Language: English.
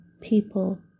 People